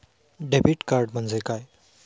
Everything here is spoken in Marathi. डेबिट कार्ड म्हणजे काय?